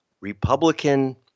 Republican